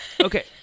Okay